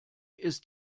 ist